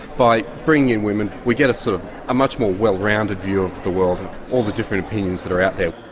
by bringing in women we get a so much more well-rounded view of the world and all the different opinions that are out there.